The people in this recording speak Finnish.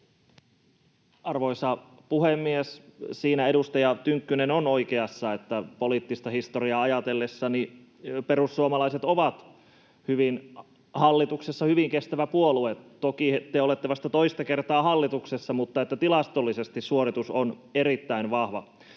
Arvoisa puhemies! Siinä edustaja Tynkkynen on oikeassa, että poliittista historiaa ajatellessani perussuomalaiset ovat hallituksessa hyvin kestävä puolue. Toki te olette vasta toista kertaa hallituksessa, mutta tilastollisesti suoritus on erittäin vahva.